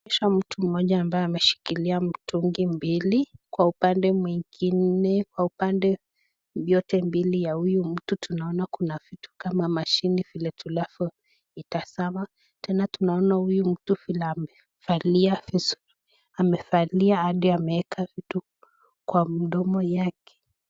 Inaonyesha mtu mmoja ambaye ameshikilia mtungi mbili kwa upande mwingine. Kwa upande yote mbili ya huyu mtu tunaona vitu kama mashini vile tunavyoitazama. Tena tunaona huyu mtu vile amevalia hadi ameeka vitu kwa mdomo yake.